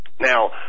Now